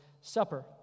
Supper